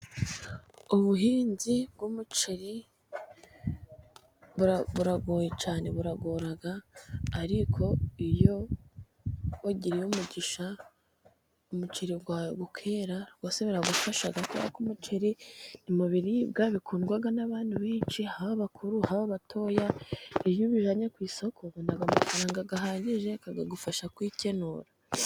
Ubuhinzi bw'umuceri buragoye cyane. Buragora ariko iyo wagize umugisha umuceri wawe ukera rwose biragufasha kubera ko umuceri uri mu biribwa bikundwaga n'abantu benshi. Haba abakuru, haba abatoya. Iyo ubjyanye ku isoko ubona amafaranga ahagije akagufasha kwikenura.